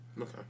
Okay